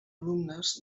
alumnes